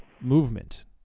movement